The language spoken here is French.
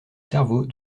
cerveau